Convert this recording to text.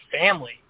family